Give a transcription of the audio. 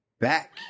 back